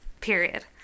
Period